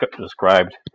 described